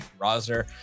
Rosner